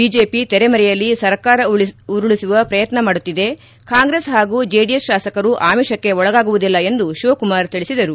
BJP ತೆರೆಮರೆಯಲ್ಲಿ ಸರ್ಕಾರ ಉರುಳಿಸುವ ಪ್ರಯತ್ನ ಮಾಡುತ್ತಿದೆ ಕಾಂಗ್ರೆಸ್ ಹಾಗೂ ಜೆಡಿಎಸ್ ಶಾಸಕರು ಆಮಿಷಕ್ಕೆ ಒಳಗಾಗುವುದಿಲ್ಲ ಎಂದು ಶಿವಕುಮಾರ್ ತಿಳಿಸಿದರು